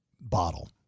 bottle